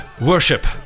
worship